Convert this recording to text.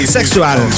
Sexual